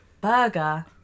burger